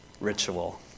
ritual